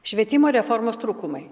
švietimo reformos trūkumai